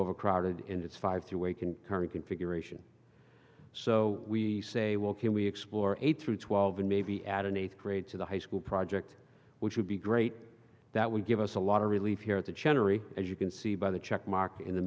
overcrowded in its five to a concurrent configuration so we say well can we explore eight through twelve and maybe add an eighth grade to the high school project which would be great that would give us a lot of relief here at the general as you can see by the checkmark in the